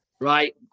right